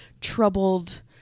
troubled